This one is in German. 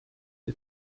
der